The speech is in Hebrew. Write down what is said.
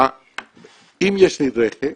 אם יש לי רכב